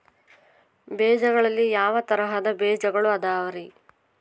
ಬೇಜಗಳಲ್ಲಿ ಯಾವ ತರಹದ ಬೇಜಗಳು ಅದವರಿ?